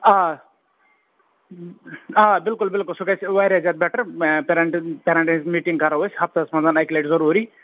آ آ بِلکُل بِلکُل سُہ گَژِھ واریاہ زِیادٕ بیٚٹَر پیرَنٹَن پیرنٹن ہٕنٛزِ میٖٹِنٛگ کَرو أسۍ ہَفتَس منٛز اَکہِ لَٹہِ ضروٗرِی